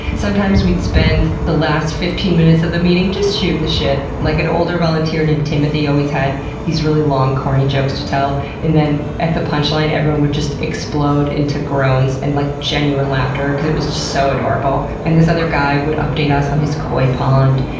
sometimes we'd spend the last fifteen minutes of the meeting just shooting the shit. like an older volunteer named timothy always had these really long corny jokes to tell. and then at the punchline everyone would just explode into groans and, like, genuine laughter because it was just so adorable. and this other guy would update us on his koi pond.